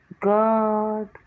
God